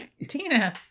Tina